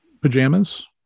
pajamas